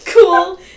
cool